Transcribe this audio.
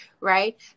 right